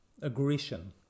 aggression